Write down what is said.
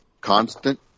constant